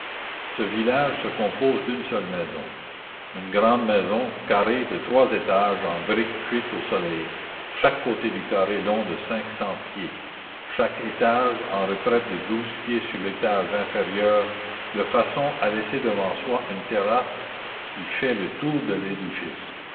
ce village se compose d'une seule maison une grande maison carrée de trois étages en briques cuites au soleil chaque côté du carré long de cinq cents pieds chaque étage en retraite de douze pieds sur l'étage inférieur de façon à laisser devant soi une terrasse qui fait le tour de l'édifice